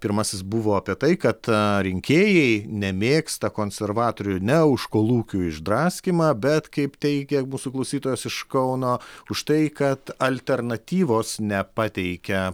pirmasis buvo apie tai kad rinkėjai nemėgsta konservatorių ne už kolūkių išdraskymą bet kaip teigia mūsų klausytojas iš kauno už tai kad alternatyvos nepateikia